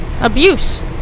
Abuse